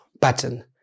button